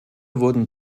wurden